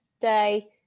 day